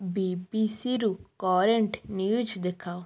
ବିବିସିରୁ current news ଦେଖାଅ